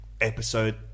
episode